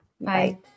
Bye